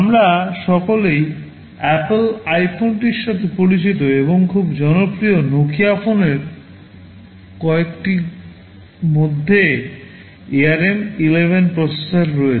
আমরা সকলেই অ্যাপল আইফোনটির সাথে পরিচিত এবং খুব জনপ্রিয় নোকিয়া ফোনের কয়েকটির মধ্যে ARM 11 প্রসেসর রয়েছে